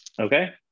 Okay